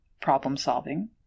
problem-solving